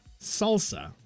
salsa